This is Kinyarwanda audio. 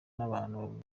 n’abantu